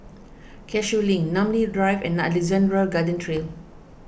Cashew Link Namly Drive and Alexandra Road Garden Trail